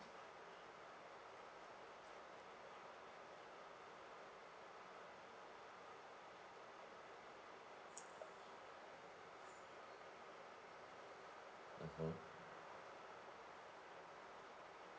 mmhmm